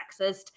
sexist